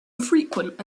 infrequent